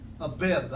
Abib